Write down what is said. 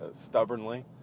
stubbornly